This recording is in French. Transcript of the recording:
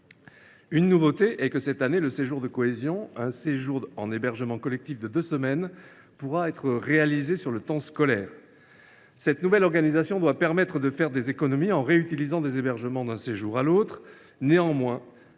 Une nouveauté est que, cette année, le séjour de cohésion – un séjour en hébergement collectif de deux semaines – pourra être réalisé sur le temps scolaire. Cette nouvelle organisation doit permettre de faire des économies en réutilisant les hébergements d’un séjour à l’autre. Néanmoins,